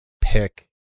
pick